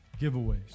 giveaways